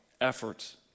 efforts